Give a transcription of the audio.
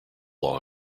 law